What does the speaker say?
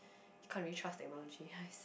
can't really trust technology !hais!